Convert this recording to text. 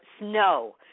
snow